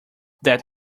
that